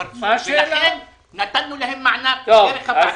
שקרסו, ולכן נתנו להם מענק דרך הוועדה הזאת.